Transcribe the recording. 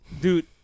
dude